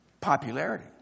Popularity